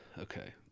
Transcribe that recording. Okay